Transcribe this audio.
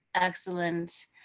excellent